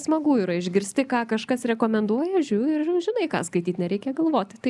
smagu yra išgirsti ką kažkas rekomenduoja žiū ir žinai ką skaityt nereikia galvoti